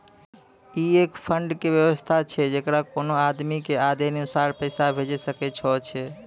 ई एक फंड के वयवस्था छै जैकरा कोनो आदमी के आदेशानुसार पैसा भेजै सकै छौ छै?